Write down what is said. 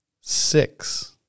Six